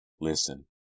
Listen